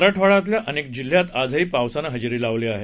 मराठवाड्यातल्या अनेक जिल्ह्यात आजही पावसानं हजेरी लावली आहे